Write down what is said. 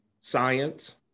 Science